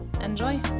Enjoy